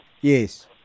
Yes